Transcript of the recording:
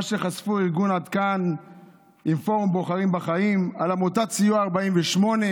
מה שחשפו ארגון עד כאן עם פורום בוחרים בחיים על עמותת סיוע 48,